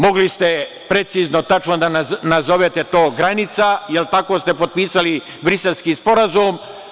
Mogli ste precizno tačno da nazovete to granica, jel tako ste potpisali Briselski sporazum.